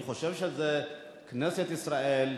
אני חושב שכנסת ישראל,